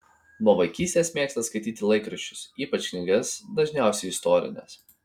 nuo vaikystės mėgsta skaityti laikraščius ypač knygas dažniausiai istorines